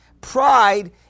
Pride